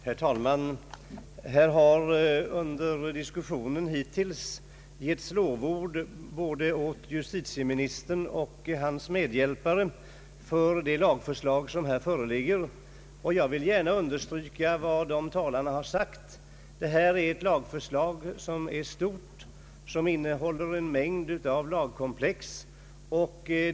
Herr talman! Här har under diskussionen getts lovord åt både justitieministern och hans medhjälpare för det framlagda lagförslaget. Jag vill gärna understryka vad de talarna sagt. Detta är ett stort lagförslag, som innehåller en mängd olika komplex.